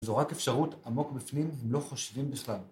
זו רק אפשרות עמוק בפנים אם לא חושבים בכלל